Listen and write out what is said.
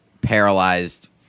paralyzed